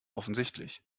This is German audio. offensichtlich